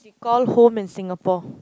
call home in Singapore